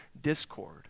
discord